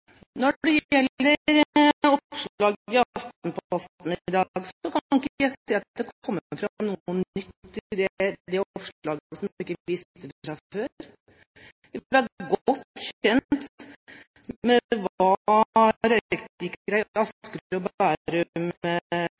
Når det gjelder oppslaget i Aftenposten i dag, kan ikke jeg se at det kommer fram noe nytt som vi ikke visste fra før. Vi var godt kjent med hva